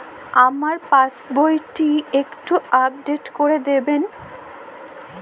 আমার পাসবই টি একটু আপডেট করে দেবেন?